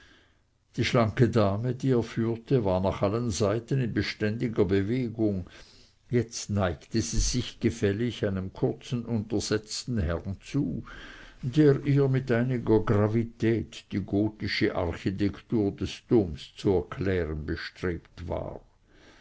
die schlanke dame die er führte war nach allen seiten in beständiger bewegung jetzt neigte sie sich gefällig einem kurzen untersetzten herrn zu der ihr mit einiger gravität die gotische architektur des doms zu erklären bestrebt war